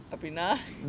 அப்படினா:apdinaa